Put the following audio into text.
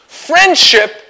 Friendship